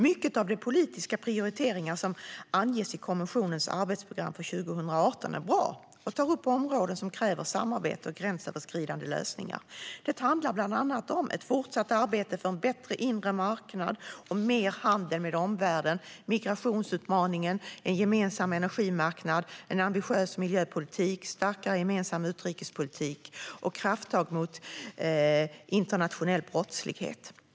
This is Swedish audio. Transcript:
Många av de politiska prioriteringar som anges i kommissionens arbetsprogram för 2018 är bra och tar upp områden som kräver samarbete och gränsöverskridande lösningar. Det handlar bland annat om ett fortsatt arbete för en bättre inre marknad och mer handel med omvärlden, migrationsutmaningen, en gemensam energimarknad, en ambitiös miljöpolitik, en starkare gemensam utrikespolitik och krafttag mot internationell brottslighet.